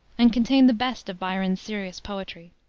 and contain the best of byron's serious poetry.